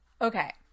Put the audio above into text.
Okay